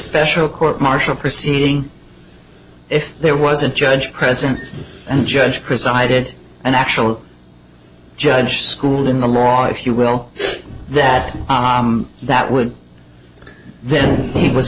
special court martial proceeding if there was a judge present and judge presided an actual judge schooled in the law if you will that that would then he was